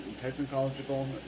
technological